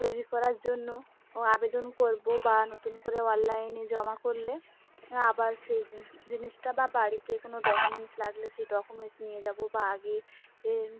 তৈরি করার জন্য ও আবেদন করবো বা নতুন করে অনলাইনে জমা করলে আবার সেই জিনিসটা বা বাড়িতে কোনো ডকুমেন্টস লাগলে সেই ডকুমেন্টস নিয়ে যাবো বা আগে এর